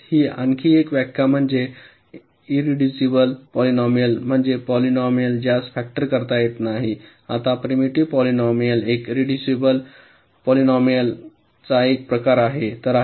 म्हणूनच ही आणखी एक व्याख्या म्हणजे इरिड्युसिबल पॉलिनोमिल म्हणजे पॉलिनोमिल ज्यास फॅक्टर करता येत नाही आता प्रिमिटिव्ह पॉलिनोमिल एक इरिड्युसिबल पॉलिनोमिलचा एक प्रकार आहे